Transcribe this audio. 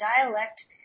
dialect